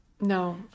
No